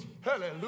Hallelujah